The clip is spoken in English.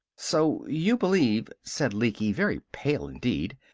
so you believe, said lecky, very pale indeed,